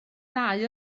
ddau